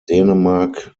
dänemark